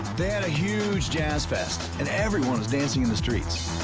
they had a huge jazz fest and everyone was dancing in the streets.